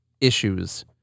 issues